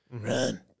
Run